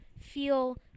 feel